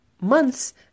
months